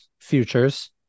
futures